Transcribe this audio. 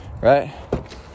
right